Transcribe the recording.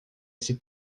esse